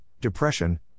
depression